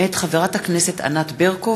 מאת חבר הכנסת אלעזר שטרן,